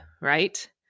right